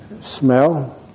Smell